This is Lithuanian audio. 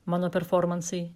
mano performansai